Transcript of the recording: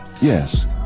yes